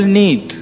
need